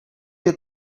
had